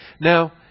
Now